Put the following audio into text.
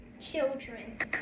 children